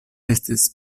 estis